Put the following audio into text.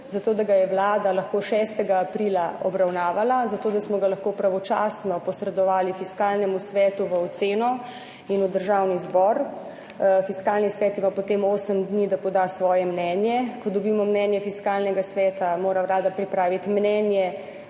zato da ga je Vlada lahko 6. aprila obravnavala, zato da smo ga lahko pravočasno posredovali Fiskalnemu svetu v oceno in v Državni zbor. Fiskalni svet ima potem 8 dni, da poda svoje mnenje. Ko dobimo mnenje Fiskalnega sveta mora Vlada pripraviti mnenje